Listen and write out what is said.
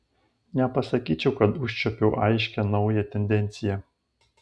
nepasakyčiau kad užčiuopiu aiškią naują tendenciją